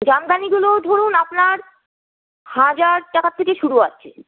জামদানীগুলোও ধরুন আপনার হাজার টাকা থেকে শুরু আছে